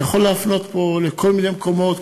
אני יכול להפנות פה לכל מיני מקומות,